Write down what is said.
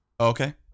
Okay